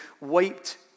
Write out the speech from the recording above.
wiped